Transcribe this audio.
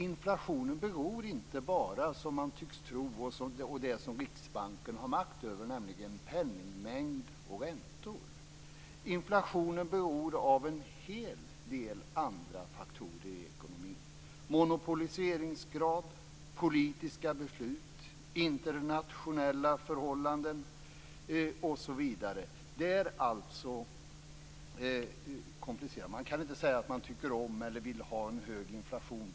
Inflationen beror inte bara, som man tycks tro, av det som Riksbanken har makt över, nämligen penningmängd och räntor. Inflationen beror av en hel del andra faktorer i ekonomin, t.ex. monopoliseringsgrad, politiska beslut, internationella förhållanden osv. Det är alltså komplicerat. Man kan inte säga att man tycker om eller vill ha en hög inflation.